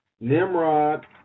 Nimrod